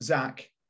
Zach